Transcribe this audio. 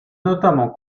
notamment